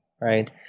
right